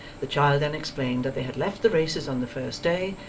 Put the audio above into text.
the child then explained that they had left the races on the first day,